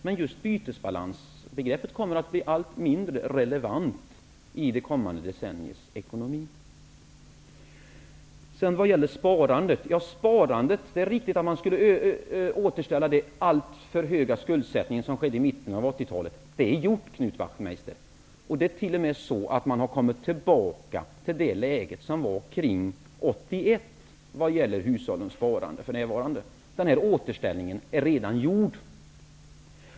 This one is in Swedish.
Men just bytesbalansbegreppet kommer att bli allt mindre relevant i det kommande decenniets ekonomi. Det är riktigt att man skulle återställa den alltför höga skuldsättningen som skedde i mitten av 80 talet. Det är gjort, Knut Wachtmeister. Det är t.o.m. så att man har kommit tillbaka till det läge som rådde kring 1981 när det gäller hushållens sparande. Denna återställning är redan gjord.